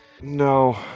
No